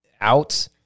out